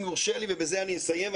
אם יורשה לי ובזה אני אסיים,